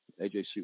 AJC